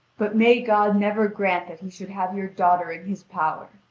but may god never grant that he should have your daughter in his power!